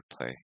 play